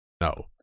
No